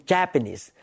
Japanese